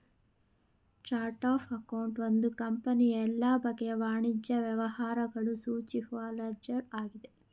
chart of account ಒಂದು ಕಂಪನಿಯ ಎಲ್ಲ ಬಗೆಯ ವಾಣಿಜ್ಯ ವ್ಯವಹಾರಗಳು ಸೂಚಿಸುವ ಲೆಡ್ಜರ್ ಆಗಿದೆ